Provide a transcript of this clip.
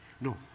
No